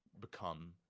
become